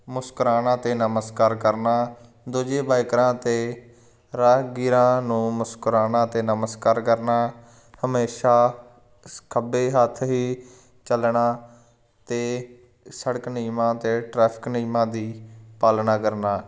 ਮੁਸਕਰਾਉਣਾ ਅਤੇ ਨਮਸਕਾਰ ਕਰਨਾ ਦੂਜੇ ਬਾਇਕਰਾਂ ਅਤੇ ਰਾਹਗੀਰਾਂ ਨੂੰ ਮੁਸਕਰਾਉਣਾ ਅਤੇ ਨਮਸਕਾਰ ਕਰਨਾ ਹਮੇਸ਼ਾ ਖੱਬੇ ਹੱਥ ਹੀ ਚੱਲਣਾ ਅਤੇ ਸੜਕ ਨਿਯਮਾਂ ਅਤੇ ਟਰੈਫਿਕ ਨਿਯਮਾਂ ਦੀ ਪਾਲਣਾ ਕਰਨਾ